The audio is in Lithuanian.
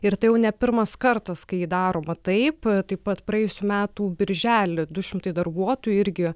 ir tai jau ne pirmas kartas kai daroma taip taip pat praėjusių metų birželį du šimtai darbuotojų irgi